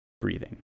breathing